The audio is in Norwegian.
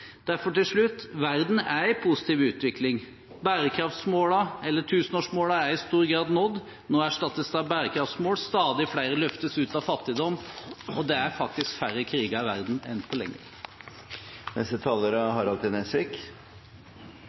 Derfor – til slutt: Verden er i positiv utvikling. Tusenårsmålene er i stor grad nådd, og nå erstattes de av bærekraftsmål, stadig flere løftes ut av fattigdom, og det er faktisk færre kriger i verden enn på lenge.